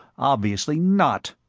obviously not.